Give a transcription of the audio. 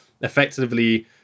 effectively